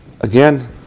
again